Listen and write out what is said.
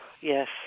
yes